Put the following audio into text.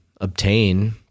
obtain